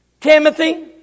Timothy